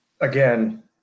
again